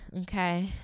Okay